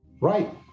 Right